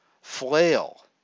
flail